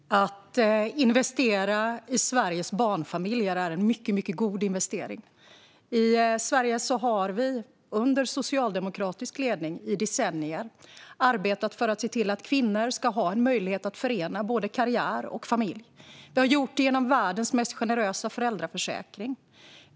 Fru talman! Att investera i Sveriges barnfamiljer är en mycket god investering. I Sverige har vi under socialdemokratisk ledning i decennier arbetat för att se till att kvinnor ska ha en möjlighet att förena karriär och familj. Vi har gjort det genom världens mest generösa föräldraförsäkring.